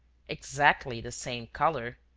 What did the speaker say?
exactly the same colour.